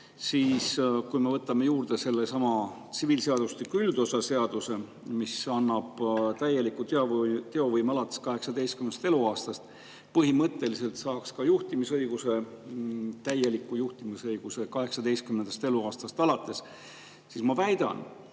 – ja kui me võtame juurde sellesama tsiviilseadustiku üldosa seaduse, mis annab täieliku teovõime alates 18. eluaastast, siis põhimõtteliselt saaks ka juhtimisõiguse, täieliku juhtimisõiguse, 18. eluaastast alates. Ma väidan,